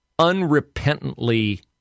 unrepentantly